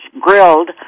grilled